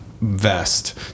vest